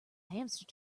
hamster